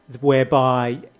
whereby